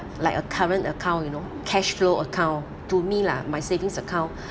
like a current account you know cashflow account to me lah my savings account